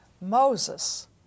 Moses